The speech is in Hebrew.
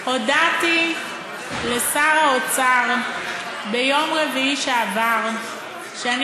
הודעתי לשר האוצר ביום רביעי שעבר שאני